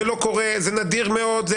זה לא קורה, זה נדיר מאוד.